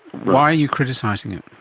why are you criticising it?